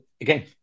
again